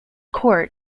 court